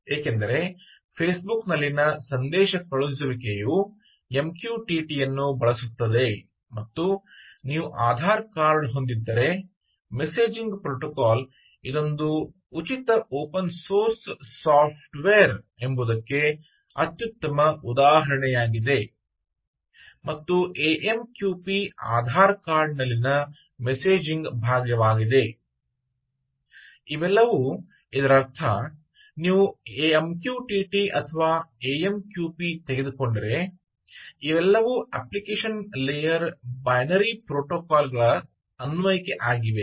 ಏಕೆಂದರೆ ಫೇಸ್ಬುಕ್ನಲ್ಲಿನ ಸಂದೇಶ ಕಳುಹಿಸುವಿಕೆಯು ಎಂ ಕ್ಯೂ ಟಿ ಟಿ ಅನ್ನು ಬಳಸುತ್ತದೆ ಮತ್ತು ನೀವು ಆಧಾರ್ ಕಾರ್ಡ್ ಹೊಂದಿದ್ದರೆ ಮೆಸೇಜಿಂಗ್ ಪ್ರೋಟೋಕಾಲ್ ಇದೊಂದು ಉಚಿತ ಓಪನ್ ಸೋರ್ಸ್ ಸಾಫ್ಟ್ವೇರ್ ಎಂಬುದಕ್ಕೆ ಅತ್ಯುತ್ತಮ ಉದಾಹರಣೆಯಾಗಿದೆ ಮತ್ತು ಎಎಮ್ಕ್ಯುಪಿ ಆಧಾರ್ ಕಾರ್ಡ್ನಲ್ಲಿನ ಮೆಸೇಜಿಂಗ್ ಭಾಗವಾಗಿದೆ ಇವೆಲ್ಲವೂ ಇದರರ್ಥ ನೀವು ಎಮ್ಕ್ಯೂಟಿಟಿ ಅಥವಾ ಎಎಮ್ಕ್ಯುಪಿ ತೆಗೆದುಕೊಂಡರೆ ಇವೆಲ್ಲವೂ ಅಪ್ಲಿಕೇಶನ್ ಲೇಯರ್ ಬೈನರಿ ಪ್ರೋಟೋಕಾಲ್ಗಳನ್ನು ಅನ್ವಯಿಕೆ ಆಗಿವೆ